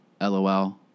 lol